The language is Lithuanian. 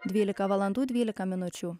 dvylika valandų dvylika minučių